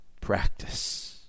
practice